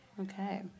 Okay